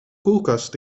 koelkast